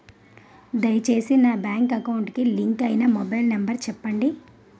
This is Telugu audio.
దయచేసి నా బ్యాంక్ అకౌంట్ కి లింక్ అయినా మొబైల్ నంబర్ చెప్పండి